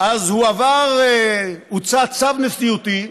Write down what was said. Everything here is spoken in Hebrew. אז הוצא צו נשיאותי,